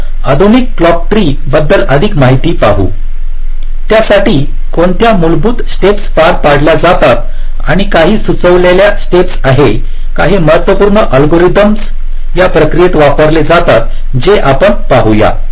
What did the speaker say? आता आधुनिक clock tree बद्दल अधिक माहिती पाहू यासाठी कोणत्या मूलभूत स्टेप्स पार पाडल्या जातात आणि काही सुचविलेल्या स्टेप्स आहे काही महत्त्वपूर्ण अल्गोरिदम या प्रक्रियेत वापरले जातात जे आपण पाहूया